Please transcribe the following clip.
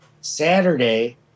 Saturday